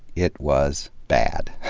it was bad.